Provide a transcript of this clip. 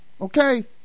Okay